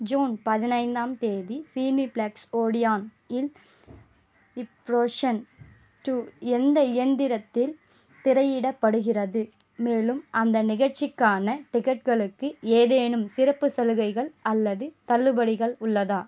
June பதினைந்தாம் தேதி Cineflex Odeon இல் இப்ரோஷன் டூ எந்த இயந்திரத்தில் திரையிடப்படுகிறது மேலும் அந்த நிகழ்ச்சிக்கான டிக்கெட்டுகளுக்கு ஏதேனும் சிறப்பு சலுகைகள் அல்லது தள்ளுபடிகள் உள்ளதா